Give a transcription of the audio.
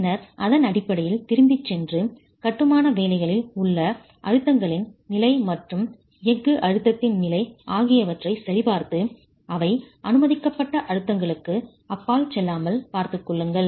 பின்னர் அதன் அடிப்படையில் திரும்பிச் சென்று கட்டுமான வேலைகளில் உள்ள அழுத்தங்களின் நிலை மற்றும் எஃகு அழுத்தத்தின் நிலை ஆகியவற்றைச் சரிபார்த்து அவை அனுமதிக்கப்பட்ட அழுத்தங்களுக்கு அப்பால் செல்லாமல் பார்த்துக் கொள்ளுங்கள்